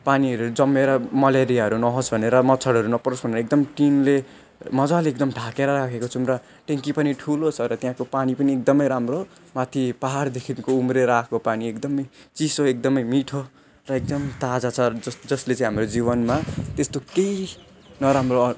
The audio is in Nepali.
पानीहरू जम्मिएर मलेरियाहरू नहोस् भनेर मच्छरहरू नपरोस् भनेर एकदम टिनले मजाले एकदम ढाकेर राखेको छौँ र ट्यान्की पनि ठुलो छ र त्यहाँको पानी पनि एकदमै राम्रो माथि पाहाडदेखिको उम्रिएर आएको पानी एकदमै चिसो एकदमै मिठो र एकदम ताजा छ जस जसले चाहिँ हाम्रो जीवनमा त्यस्तो केही नराम्रो